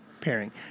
pairing